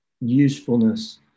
usefulness